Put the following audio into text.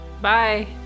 bye